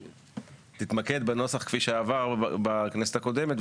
תתמקד בנוסח כפי שעבר בכנסת הקודמת,